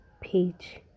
page